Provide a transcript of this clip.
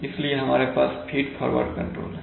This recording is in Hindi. इसलिए हमारे पास फीड फॉरवर्ड कंट्रोल है